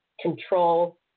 control